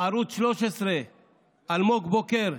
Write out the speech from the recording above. ערוץ 13 אלמוג בוקר,